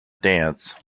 dance